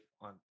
on